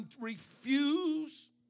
refuse